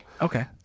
Okay